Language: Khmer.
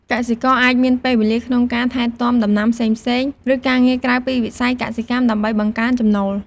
កសិករអាចមានពេលវេលាក្នុងការថែទាំដំណាំផ្សេងៗ ឬការងារក្រៅពីវិស័យកសិកម្មដើម្បីបង្កើនចំណូល។